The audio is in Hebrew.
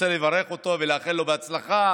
אני רוצה לברך אותו ולאחל לו הצלחה.